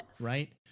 Right